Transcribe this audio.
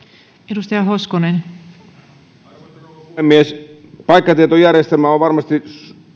arvoisa rouva puhemies paikkatietojärjestelmä on varmasti